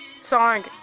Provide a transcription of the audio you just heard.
song